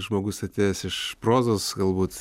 žmogus atėjęs iš prozos galbūt